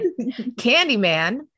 Candyman